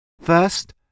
First